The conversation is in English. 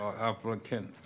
Applicant